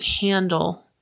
handle